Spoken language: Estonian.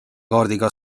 kaardiga